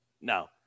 No